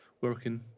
working